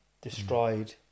destroyed